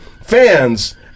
fans